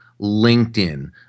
LinkedIn